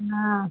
हाँ